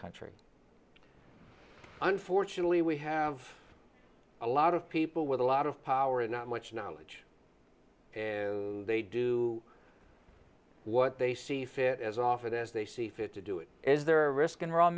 country unfortunately we have a lot of people with a lot of power and not much knowledge and they do what they see fit as often as they see fit to do it as their risk